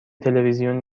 تلویزیون